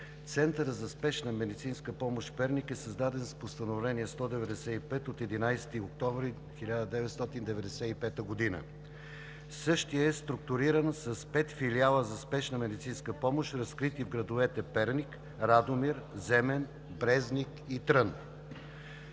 Център за спешна медицинска помощ – Перник, е създаден с Постановление № 195 от 11 октомври 1995 г. Същият е структуриран с пет филиала за спешна медицинска помощ, разкрити в градовете Перник, Радомир, Земен, Брезник и Трън.